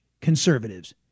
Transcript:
conservatives